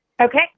Okay